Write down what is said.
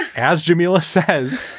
as jamila says,